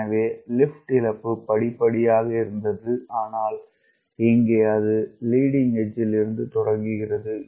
எனவே லிப்ட் இழப்பு படிப்படியாக இருந்தது ஆனால் இங்கே அது லீடிங் எட்ஜ்ல் இருந்து தொடங்குகிறது